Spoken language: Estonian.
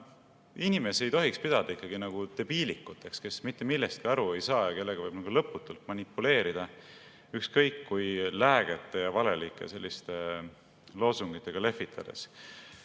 Inimesi ei tohiks pidada debiilikuteks, kes mitte millestki aru ei saa ja kellega võib lõputult manipuleerida ükskõik kui läägeid ja valelikke loosungeid lehvitades.